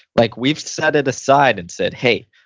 like we've said it aside and said, hey,